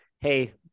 Hey